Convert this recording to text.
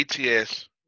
ATS